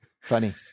Funny